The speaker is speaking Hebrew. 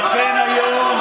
ולכן היום,